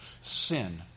sin